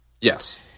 Yes